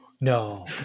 No